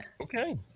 okay